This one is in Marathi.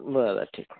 बरं ठीक आहे